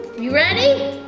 you ready?